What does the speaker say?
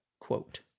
quote